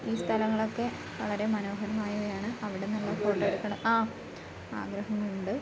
ഈ സ്ഥലങ്ങളൊക്കെ വളരെ മനോഹരമായവയാണ് അവിടെ നല്ല ഫോട്ടോ എടുക്കണം ആ ആഗ്രഹമുണ്ട്